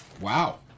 Wow